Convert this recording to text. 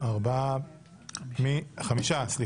5. מי נגד?